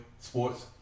Sports